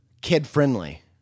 kid-friendly